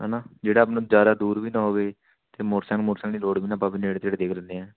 ਹੈ ਨਾ ਜਿਹੜਾ ਆਪਣਾ ਜ਼ਿਆਦਾ ਦੂਰ ਵੀ ਨਾ ਹੋਵੇ ਅਤੇ ਮੋਟਰਸਾਈਕਲ ਮੋਟਰਸਾਈਕਲ ਦੀ ਲੋੜ ਵੀ ਨਾ ਪਵੇ ਨੇੜੇ ਦੇਖ ਲੈਂਦੇ ਹਾਂ